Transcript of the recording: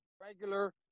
regular